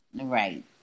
Right